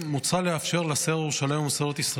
מוצע לאפשר לשר ירושלים ומסורת ישראל,